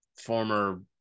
former